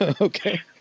Okay